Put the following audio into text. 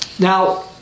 Now